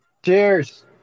Cheers